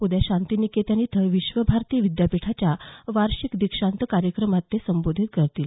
उद्या शांती निकेतन इथं विश्वभारती विद्यापीठाच्या वार्षिक दीक्षांत कार्यक्रमास ते संबोधित करतील